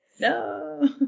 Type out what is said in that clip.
No